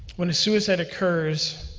when a suicide occurs,